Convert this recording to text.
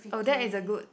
oh that is a good